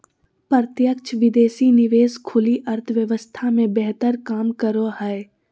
प्रत्यक्ष विदेशी निवेश खुली अर्थव्यवस्था मे बेहतर काम करो हय